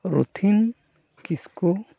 ᱨᱩᱛᱷᱤᱱ ᱠᱤᱥᱠᱩ